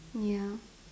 ya